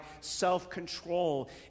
self-control